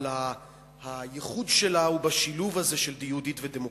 אבל הייחוד שלה הוא בשילוב הזה של יהודית ודמוקרטית.